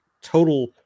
total